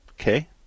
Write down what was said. Okay